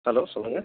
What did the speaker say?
hello சொல்லுங்கள்